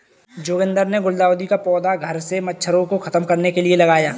जोगिंदर ने गुलदाउदी का पौधा घर से मच्छरों को खत्म करने के लिए लगाया